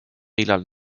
millal